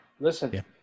listen